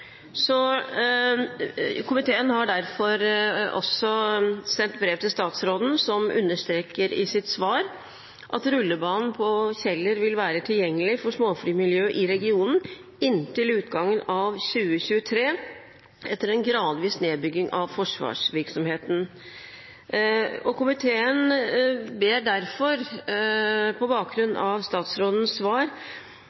så ble det flyttet til Kjeller da Fornebu ble nedlagt – og komiteen har derfor sendt brev til statsråden, som understreker i sitt svar at rullebanen på Kjeller vil være tilgjengelig for småflymiljøet i regionen inntil utgangen av 2023, etter en gradvis nedbygging av forsvarsvirksomheten. Komiteen ber derfor, på bakgrunn